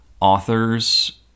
authors